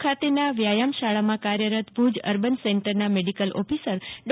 ભુજ ખાતેના વ્યાયામ શાળામાં ભુજ અર્બન સેન્ટરના મેડીકલ ઓફીસર ડો